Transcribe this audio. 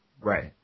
Right